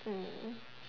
mm